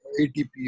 ATP